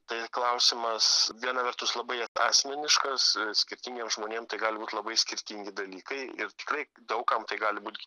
tai klausimas viena vertus labai asmeniškas skirtingiems žmonėm tai gali būti labai skirtingi dalykai ir tikrai daug kam tai gali būti